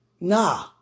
Nah